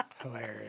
hilarious